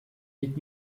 liegt